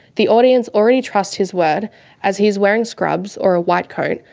the audience already trust his word as he is wearing scrubs or a white coat,